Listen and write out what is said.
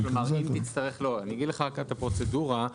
אני אסביר את הפרוצדורה.